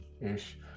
ish